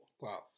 Wow